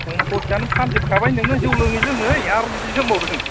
सम्फथियानो फानजोबखाबाय नोङो जौ लोङै लोङै आरो बिदिसो होनबावदों